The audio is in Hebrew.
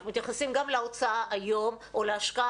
אנחנו מתייחסים גם להוצאה היום או להשקעה